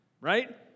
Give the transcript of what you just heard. right